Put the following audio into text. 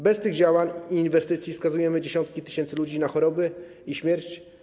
Bez tych działań i inwestycji skazujemy dziesiątki tysięcy ludzi na choroby i śmierć.